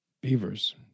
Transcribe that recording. Beavers